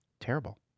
Terrible